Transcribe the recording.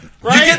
Right